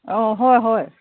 অঁ হয় হয়